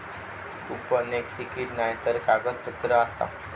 coupon एक ticket नायतर कागदपत्र आसा